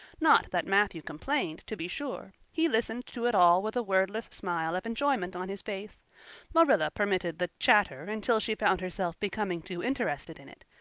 not that matthew complained, to be sure he listened to it all with a wordless smile of enjoyment on his face marilla permitted the chatter until she found herself becoming too interested in it,